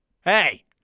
Hey